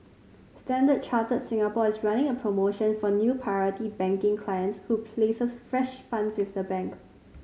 Standard Chartered Singapore is running a promotion for new Priority Banking clients who places fresh funds with the bank